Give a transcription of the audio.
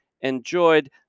enjoyed